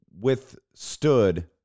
withstood